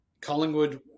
Collingwood